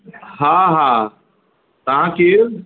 हा हा तव्हां केरु